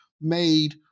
made